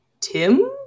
Tim